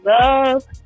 love